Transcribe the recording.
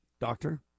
doctor